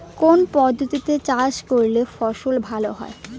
কোন পদ্ধতিতে চাষ করলে ফসল ভালো হয়?